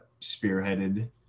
spearheaded